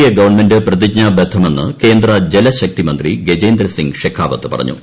A government പ്രതിജ്ഞാബദ്ധമെന്ന് കേന്ദ്ര ജലശക്തി മന്ത്രി ഗജേന്ദ്രസിങ് ഷെഖാവത് പറഞ്ഞു